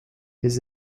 his